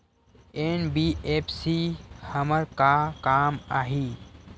NBFC हमर का काम आही?